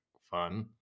fun